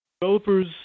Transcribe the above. Developers